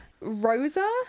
Rosa